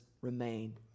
remain